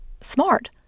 smart